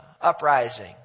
uprising